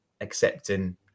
accepting